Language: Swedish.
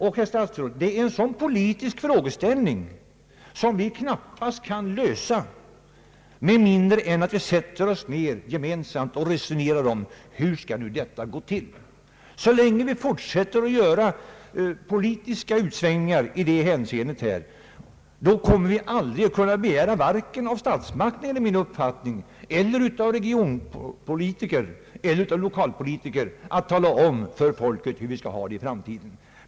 Och, herr statsrådet, det är en sådan politisk frågeställning som vi knappast kan lösa med mindre än att vi sätter oss ned och gemensamt resonerar om hur detta skall gå till. Så länge vi fortsätter att göra politiska utsvängningar i det hänseendet kan vi aldrig begära att statsmakterna, regionpolitikerna eller lokalpolitikerna skall kunna tala om för folket hur vi skall ha det i framtiden.